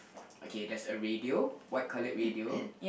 okay there's a radio white colored radio